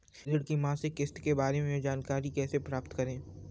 ऋण की मासिक किस्त के बारे में जानकारी कैसे प्राप्त करें?